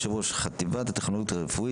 יו"ר חטיבת הטכנולוגים הרפואיים,